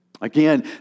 Again